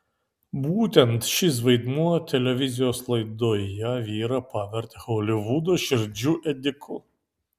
būtent šis vaidmuo televizijos laidoje vyrą pavertė holivudo širdžių ėdiku